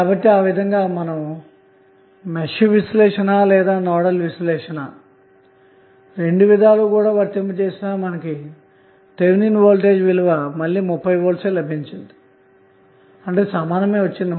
కాబట్టి ఆ విధంగా మీరు మెష్ విశ్లేషణ లేదా నోడల్ విశ్లేషణను రెండు విధాలూ వర్తింపజేసినా మళ్ళీ అదే 30V థెవెనిన్ వోల్టేజ్ లభిస్తుంది